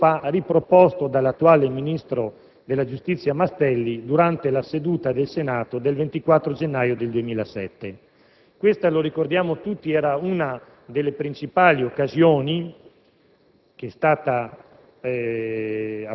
tra l'altro, il tema, come dicevo poco fa, è stato riproposto dall'attuale ministro della giustizia Mastella durante la seduta del Senato del 24 gennaio 2007. Quella seduta, lo ricordiamo tutti, è stata una delle principali occasioni